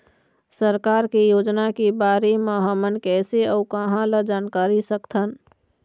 सरकार के योजना के बारे म हमन कैसे अऊ कहां ल जानकारी सकथन?